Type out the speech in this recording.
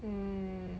mm